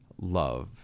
love